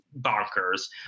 bonkers